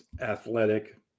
athletic